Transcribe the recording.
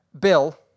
Bill